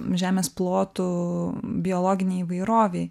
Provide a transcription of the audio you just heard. žemės plotų biologinei įvairovei